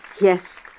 Yes